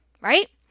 right